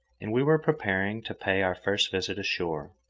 and we were preparing to pay our first visit ashore.